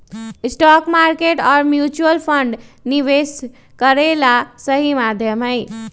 stock market और mutual fund निवेश करे ला सही माध्यम हई